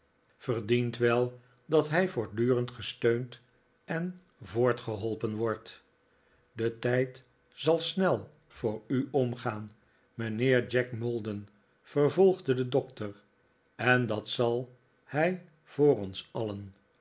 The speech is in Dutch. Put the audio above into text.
verdient wel dat hij voortdurend gesteund en voortgeholpen wordt de tijd zal snel voor u omgaan mijnheer jack maldon vervolgde de doctor en dat zal hij voor ons alien